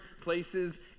places